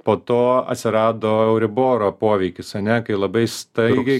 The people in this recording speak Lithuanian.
po to atsirado euriboro poveikis ane kai labai staigiai